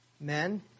men